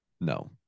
no